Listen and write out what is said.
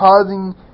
causing